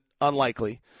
unlikely